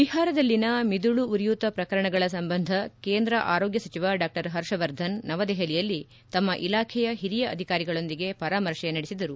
ಬಿಹಾರದಲ್ಲಿನ ಮಿದುಳು ಉರಿಯೂತ ಪ್ರಕರಣಗಳ ಸಂಬಂಧ ಕೇಂದ್ರ ಆರೋಗ್ಯ ಸಚಿವ ಡಾ ಪರ್ಷವರ್ಧನ್ ನವದೆಹಲಿಯಲ್ಲಿ ತಮ್ನ ಇಲಾಖೆಯ ಹಿರಿಯ ಅಧಿಕಾರಿಗಳೊಂದಿಗೆ ಪರಾಮರ್ತೆ ನಡೆಸಿದರು